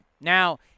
Now